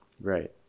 Right